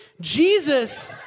Jesus